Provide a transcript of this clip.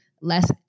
less